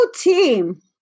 team